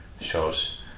shows